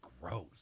gross